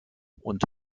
und